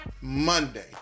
Monday